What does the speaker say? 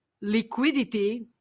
liquidity